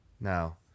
Now